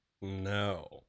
No